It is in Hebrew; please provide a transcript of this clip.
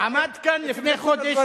עמד כאן לפני חודש,